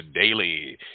Daily